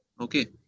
Okay